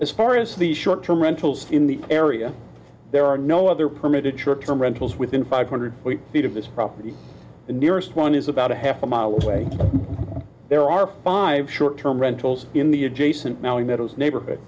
as far as the short term rentals in the area there are no other permitted short term rentals within five hundred feet of this property the nearest one is about a half a mile away there are five short term rentals in the adjacent mowing meadows neighborhood